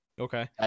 okay